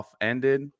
ended